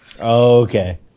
okay